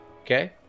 okay